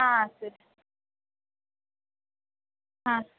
ಹಾಂ ಸರ್ ಹಾಂ